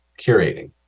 Curating